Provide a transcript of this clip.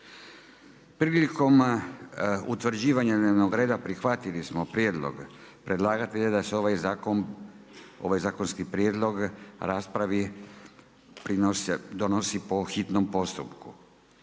Prilikom utvrđivanja dnevnog reda prihvatili smo prijedloge predlagatelja da se ovaj zakonski prijedlog raspravi, donosi po hitnom postupku.